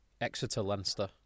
Exeter-Leinster